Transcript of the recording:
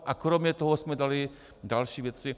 A kromě toho jsme dali další věci.